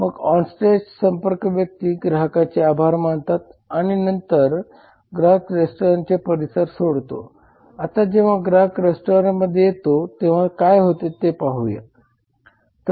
मग ऑनस्टेज संपर्क व्यक्ती ग्राहकांचे आभार मानतात आणि त्यानंतर ग्राहक रेस्टॉरंटचे परिसर सोडतो आता जेव्हा ग्राहक रेस्टॉरंटमध्ये येतो तेव्हा काय होते ते पाहूया